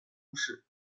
都市